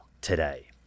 today